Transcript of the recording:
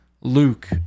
Luke